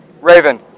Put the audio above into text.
Raven